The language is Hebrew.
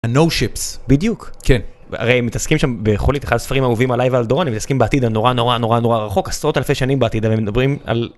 No ships בדיוק כן הרי הם מתעסקים שם בכל איתך ספרים אהובים עליי ועל דורון הם מתעסקים בעתיד הנורא נורא נורא נורא רחוק עשרות אלפי שנים בעתיד ומדברים על.